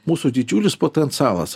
mūsų didžiulis potencialas